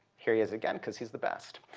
here he is again because he's the best.